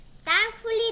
Thankfully